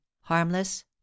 harmless